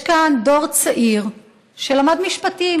יש כאן דור צעיר שלמד משפטים,